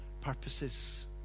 purposes